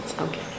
Okay